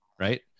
right